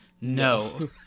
No